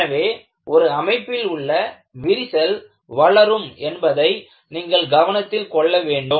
எனவே ஒரு அமைப்பில் உள்ள விரிசல் வளரும் என்பதை நீங்கள் கவனத்தில் கொள்ள வேண்டும்